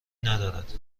ندارید